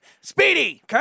Speedy